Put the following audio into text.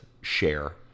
share